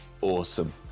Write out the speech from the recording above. Awesome